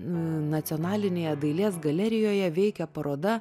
nacionalinėje dailės galerijoje veikia paroda